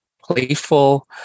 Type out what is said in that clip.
playful